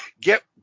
get